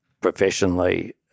professionally